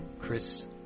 Chris